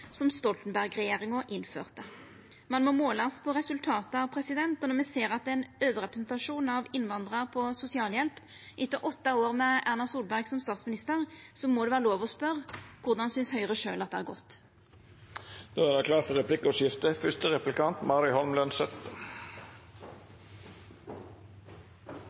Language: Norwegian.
som Stoltenberg-regjeringa innførte. Ein må målast på resultata, og når me ser at det er ein overrepresentasjon av innvandrarar på sosialhjelp etter åtte år med Erna Solberg som statsminister, må det vera lov å spørja: Korleis synest Høgre sjølv det har gått? Det